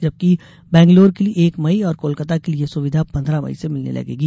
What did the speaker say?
जबकि बैंगलोर के लिये एक मई और कोलकाता के लिये यह सुविधा पंद्रह मई से मिलने लगेगी